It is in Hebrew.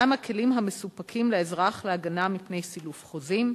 1. מה הם הכלים המסופקים לאזרח להגנה מפני סילוף חוזים?